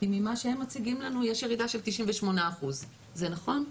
כי ממה שהם מציגים לנו יש ירידה של 98%. זה נכון?